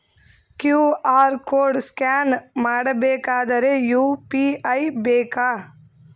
QR code scan ಮಾಡಬೇಕಾದರೆ UPI ಬೇಕಾ?